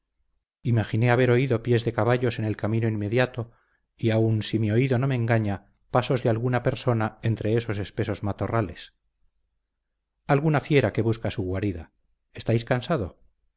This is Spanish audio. imaginé haber oído pies de caballos en el camino inmediato y aun si mi oído no me engaña pasos de alguno persona entre esos espesos matorrales alguna fiera que busca su guarida estáis cansado